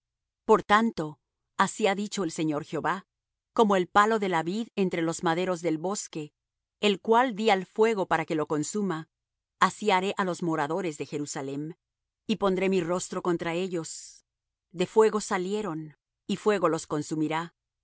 por tanto así ha dicho el señor jehová como el palo de la vid entre los maderos del bosque el cual dí al fuego para que lo consuma así haré á los moradores de jerusalem y pondré mi rostro contra ellos de fuego salieron y fuego los consumirá